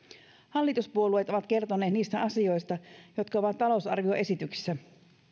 hallituspuolueet ovat kertoneet niistä asioista jotka ovat talousarvioesityksessä